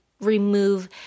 remove